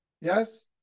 Yes